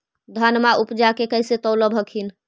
धनमा उपजाके कैसे तौलब हखिन?